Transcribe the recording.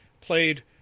played